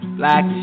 black